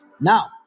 Now